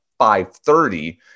5.30